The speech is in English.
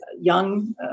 young